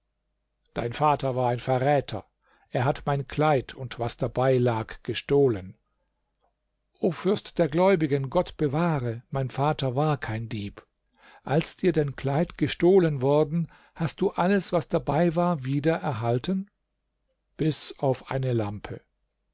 dein vater war ein verräter er hat mein kleid und was dabeilag gestohlene o fürst der gläubigen gott bewahre mein vater war kein dieb als dir dein kleid gestohlen worden hast du alles was dabei war wieder erhalten bis auf eine lampe